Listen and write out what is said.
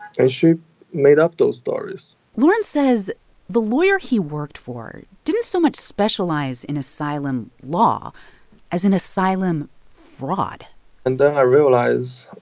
she made up those stories lawrence says the lawyer he worked for didn't so much specialize in asylum law as in asylum fraud and then i realized